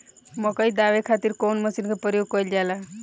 मकई दावे खातीर कउन मसीन के प्रयोग कईल जाला?